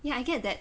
ya I get that